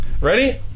Ready